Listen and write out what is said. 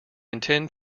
intend